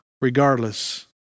regardless